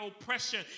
oppression